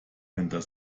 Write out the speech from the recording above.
hinter